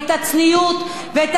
את הרגישות החברתית.